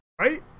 right